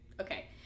Okay